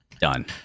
done